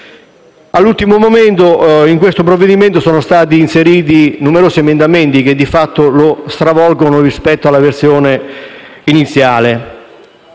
All'ultimo momento in questo provvedimento sono stati inseriti numerosi emendamenti che, di fatto, lo stravolgono rispetto alla versione iniziale.